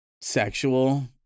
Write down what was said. sexual